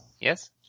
Yes